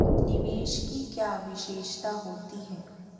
निवेश की क्या विशेषता होती है?